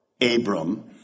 Abram